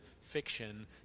fiction